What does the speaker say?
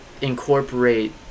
incorporate